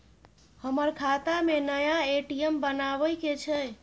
हमर खाता में नया ए.टी.एम बनाबै के छै?